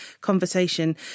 conversation